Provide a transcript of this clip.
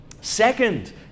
second